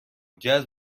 جذب